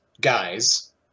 guys